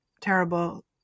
terrible